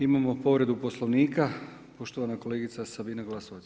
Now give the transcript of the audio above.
Imamo povredu Poslovnika, poštovana kolegica Sabina Glasovac.